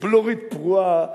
בלורית פרועה,